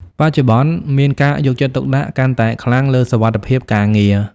បច្ចុប្បន្ន មានការយកចិត្តទុកដាក់កាន់តែខ្លាំងលើសុវត្ថិភាពការងារ។